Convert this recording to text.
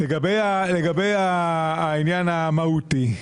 לעניין המהותי.